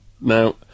Now